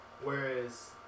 Whereas